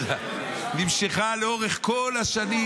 נמשכה לאורך כל השנים,